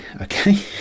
okay